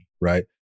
right